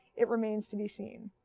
it remains to be seen.